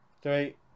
Three